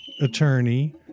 attorney